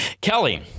Kelly